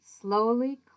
slowly